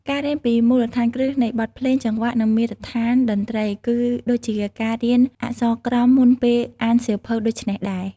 ការរៀនពី មូលដ្ឋានគ្រឹះនៃបទភ្លេង ចង្វាក់ និងមាត្រដ្ឋានតន្ត្រី គឺដូចជាការរៀនអក្ខរក្រមមុនពេលអានសៀវភៅដូច្នោះដែរ។